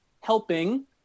helping